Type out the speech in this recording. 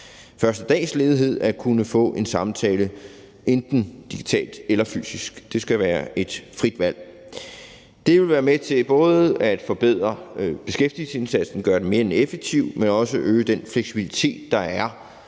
første dags ledighed at kunne få en samtale enten digitalt eller fysisk. Det skal være et frit valg. Det vil være med til både at forbedre beskæftigelsesindsatsen og at gøre den mere effektiv, men også at øge den fleksibilitet, der er